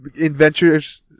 adventures